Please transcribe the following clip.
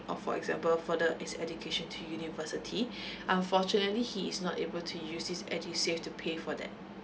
or for example further his education to university unfortunately he is not able to use this edusave to pay for that